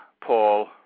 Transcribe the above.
Paul